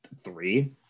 three